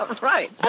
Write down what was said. Right